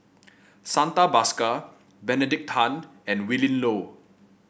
Santha Bhaskar Benedict Tan and Willin Low